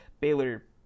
Baylor